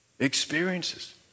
experiences